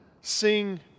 sing